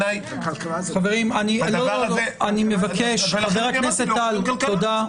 ------ אני מבקש, חבר הכנסת טל, תודה.